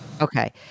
Okay